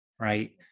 right